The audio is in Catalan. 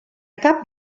cap